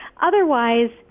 Otherwise